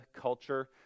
culture